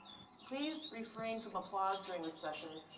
please refrain from applause during this session.